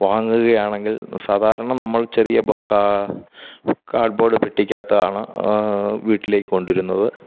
വാങ്ങുകയാണെങ്കിൽ സാധാരണ നമ്മൾ ചെറിയ കാർഡ്ബോർഡ് പെട്ടിക്കകത്താണ് വീട്ടിലേക്ക് കൊണ്ടുവരുന്നത്